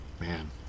Man